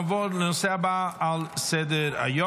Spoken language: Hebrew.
נעבור לנושא הבא על סדר-היום,